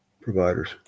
providers